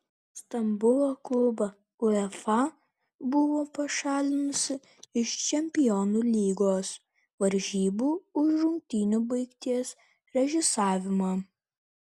stambulo klubą uefa buvo pašalinusi iš čempionų lygos varžybų už rungtynių baigties režisavimą